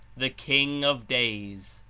the king of days.